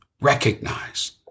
recognize